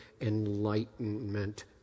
enlightenment